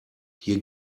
hier